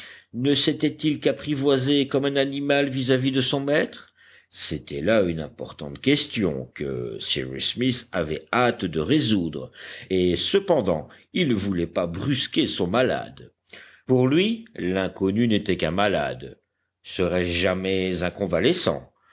ne s'était-il qu'apprivoisé comme un animal vis-à-vis de son maître c'était là une importante question que cyrus smith avait hâte de résoudre et cependant il ne voulait pas brusquer son malade pour lui l'inconnu n'était qu'un malade serait-ce jamais un convalescent